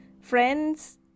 Friends